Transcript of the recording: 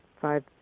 five